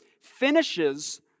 finishes